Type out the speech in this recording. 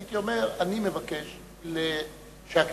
הייתי אומר: אני מבקש שהכנסת